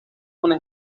una